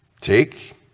take